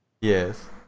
Yes